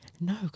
No